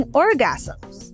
orgasms